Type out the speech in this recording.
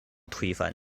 推翻